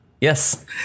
yes